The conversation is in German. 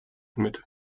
mit